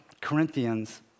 Corinthians